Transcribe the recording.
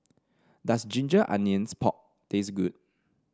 does Ginger Onions Pork taste good